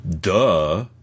duh